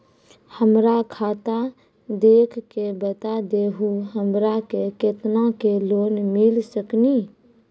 हमरा खाता देख के बता देहु हमरा के केतना के लोन मिल सकनी?